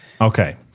Okay